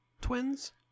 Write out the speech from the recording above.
twins